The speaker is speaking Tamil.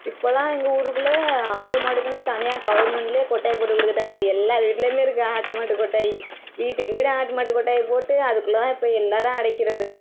இப்போலாம் எங்கள் ஊருக்குள்ள ஆடு மாடுக்குன்னே தனியாக கவர்மெண்ட்லே கொட்டாய் போட்டு கொடுத்துட்டாங்க எல்லார் வீட்டிலயுமே இருக்குது ஆட்டு மாட்டு கொட்டாய் வீட்டுக்கு வீடு ஆட்டு மாட்டு கொட்டாய் போட்டு அதுக்குள்ளதான் இப்போ எல்லாரும் அடைக்கிறது